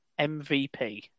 MVP